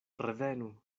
revenu